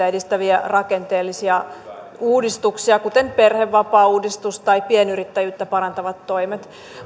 edistäviä rakenteellisia uudistuksia kuten perhevapaauudistus tai pienyrittäjyyttä parantavat toimet